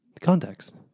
Context